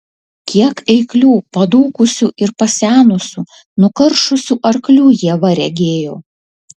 kiek eiklių padūkusių ir pasenusių nukaršusių arklių ieva regėjo